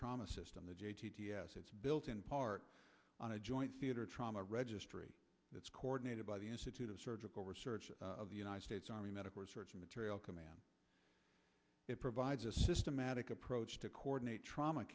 trauma system the j e s it's built in part on a joint theater trauma registry that's coordinated by the institute of surgical research of the united states army medical research material command it provides a systematic approach to coordinate trauma